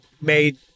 made